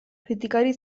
kritikari